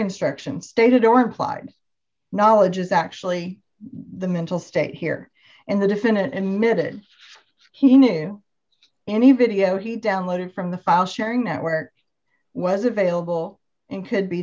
instructions stated or implied knowledge is actually the mental state here in the defendant emitted he knew any video he downloaded from the file sharing network was available and could be